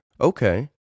Okay